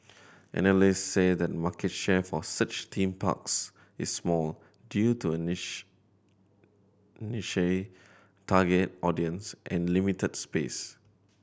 analysts say the market share for such theme parks is small due to a niche target audience and limited space